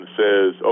says